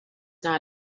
not